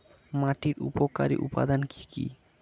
মাটির উপকারী উপাদান কি কি?